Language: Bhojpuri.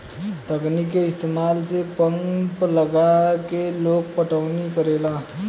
तकनीक के इस्तमाल से पंप लगा के लोग पटौनी करेला